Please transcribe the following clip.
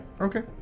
Okay